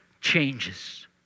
changes